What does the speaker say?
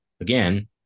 again